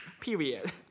Period